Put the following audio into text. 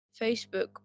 Facebook